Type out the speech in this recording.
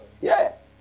Yes